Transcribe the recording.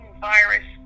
virus